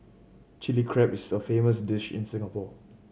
Chilli Crab is a famous dish in Singapore